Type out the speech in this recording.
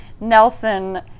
Nelson